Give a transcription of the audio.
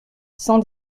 cent